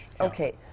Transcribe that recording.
okay